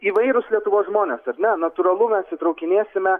įvairūs lietuvos žmonės ar ne natūralu mes įtraukinėsime